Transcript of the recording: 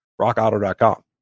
RockAuto.com